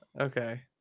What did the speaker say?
Okay